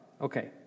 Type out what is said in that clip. Okay